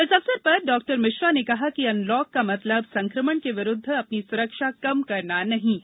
इस अवसर पर डाक्टर मिश्रा ने कहा कि अनलॉक का मतलब संक्रमण के विरुद्ध अपनी सुरक्षा कम करना नहीं है